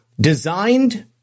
designed